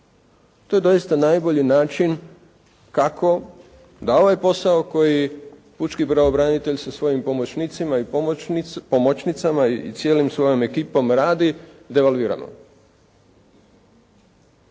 To je doista najbolji način kako za ovaj posao koji pučki pravobranitelj sa svojim pomoćnicima i pomoćnicama i cijelom svojom ekipom radi, devalvirano